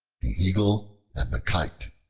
the eagle and the kite